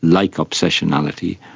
like obsessionality,